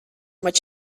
which